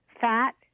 fat